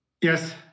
yes